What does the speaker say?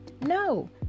No